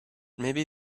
maybe